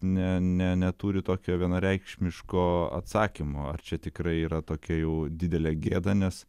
ne ne neturi tokio vienareikšmiško atsakymo ar čia tikrai yra tokia jau didelė gėda nes